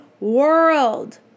world